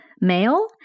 male